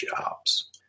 jobs